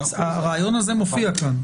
הרעיון הזה מופיע כאן.